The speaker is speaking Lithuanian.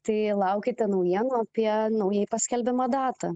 tai laukite naujienų apie naujai paskelbiamą datą